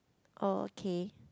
oh okay